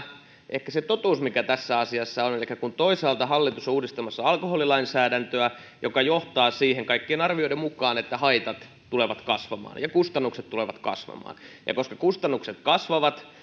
ehkä se totuus mikä tässä asiassa on elikkä toisaalta hallitus on uudistamassa alkoholilainsäädäntöä mikä johtaa kaikkien arvioiden mukaan siihen että haitat tulevat kasvamaan ja kustannukset tulevat kasvamaan ja koska kustannukset kasvavat niin